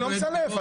לא מסלף.